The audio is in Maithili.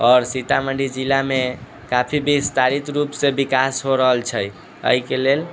आओर सीतामढ़ी जिलामे काफी विस्तारित रूप से विकास हो रहल छै एहिके लेल